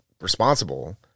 responsible